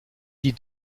die